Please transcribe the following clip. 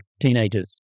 teenagers